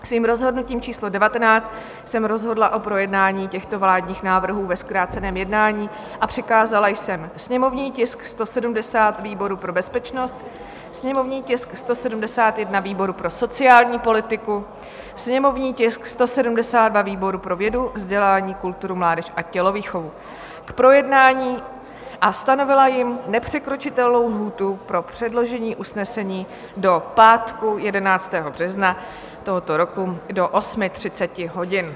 Svým rozhodnutím číslo 19 jsem rozhodla o projednání těchto vládních návrhů ve zkráceném jednání a přikázala jsem sněmovní tisk 170 výboru pro bezpečnost, sněmovní tisk 171 výboru pro sociální politiku, sněmovní tisk 172 výboru pro vědu, vzdělání, kulturu, mládež a tělovýchovu k projednání a stanovila jim nepřekročitelnou lhůtu pro předložení usnesení do pátku 11. března tohoto roku do 8.30 hodin.